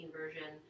version